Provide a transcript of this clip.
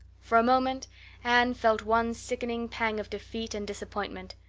for a moment anne felt one sickening pang of defeat and disappointment.